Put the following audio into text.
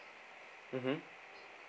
mmhmm